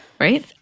Right